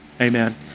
amen